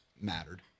mattered